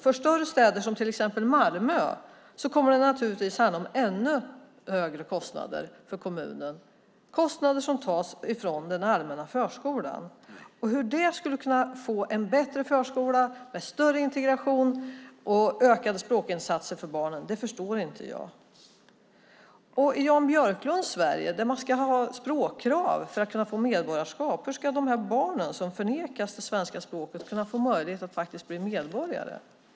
För större städer, till exempel Malmö, kommer det naturligtvis att handla om ännu högre kostnader för kommunen. Det är kostnader som tas från den allmänna förskolan. Hur det skulle kunna leda till en bättre förskola med bättre integration och ökade språkinsatser för barnen förstår jag inte. Hur ska dessa barn, som nekas det svenska språket, få möjlighet att bli medborgare i Jan Björklunds Sverige, där man ska ha språkkrav för att bli medborgare?